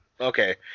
Okay